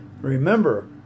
Remember